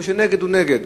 מי שנגד, הוא נגד.